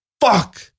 fuck